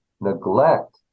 neglect